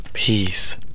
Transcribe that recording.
peace